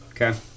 Okay